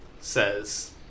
says